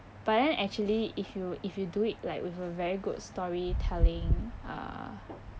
but then actually if you if you do it like with a very good storytelling uh